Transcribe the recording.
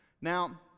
now